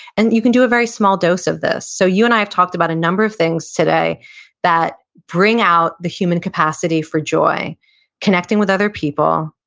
and you can do a very small dose of this. so, you and i have talked about a number of things today that bring out the human capacity for joy connecting with other people,